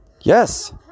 Yes